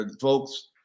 folks